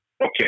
okay